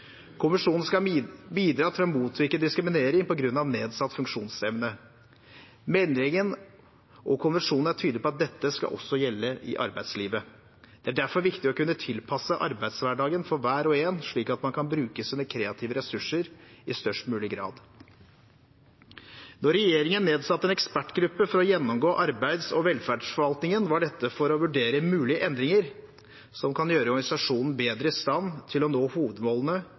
skal bidra til å motvirke diskriminering på grunn av nedsatt funksjonsevne. Meldingen og konvensjonen er tydelig på at dette også skal gjelde i arbeidslivet. Det er derfor viktig å kunne tilpasse arbeidshverdagen for hver og en slik at man kan bruke sine kreative ressurser i størst mulig grad. Da regjeringen nedsatte en ekspertgruppe for å gjennomgå arbeids- og velferdsforvaltningen, var dette for å vurdere mulige endringer som kan gjøre organisasjonen bedre i stand til å nå hovedmålene